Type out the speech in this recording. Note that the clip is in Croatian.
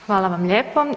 Hvala vam lijepo.